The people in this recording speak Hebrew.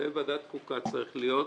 זה עוסק אבל בפקודת הנזיקין.